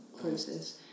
process